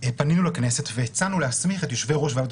פנינו לכנסת והצענו להסמיך את יושבי-ראש ועדות